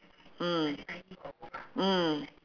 mm mm